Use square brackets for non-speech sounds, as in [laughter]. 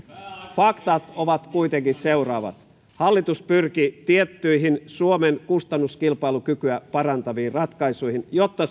faktat ovat kuitenkin seuraavat hallitus pyrki tiettyihin suomen kustannuskilpailukykyä parantaviin ratkaisuihin jotta [unintelligible]